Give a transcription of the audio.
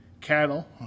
cattle